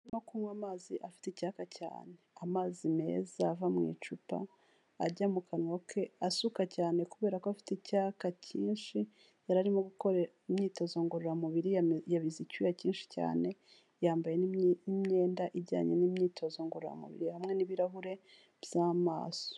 No kunywa amazi afite icyaka cyane. Amazi meza ava mu icupa ajya mu kanwa ke asuka cyane kubera ko afite icyaka cyinshi . Yari arimo gukora imyitozo ngororamubiri yabize icyuya cyinshi cyane. Yambaye imyenda ijyanye n'imyitozo ngororamubiri hamwe n'ibirahure by'amaso.